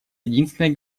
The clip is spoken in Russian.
единственной